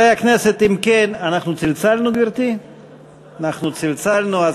אנחנו צלצלנו, אז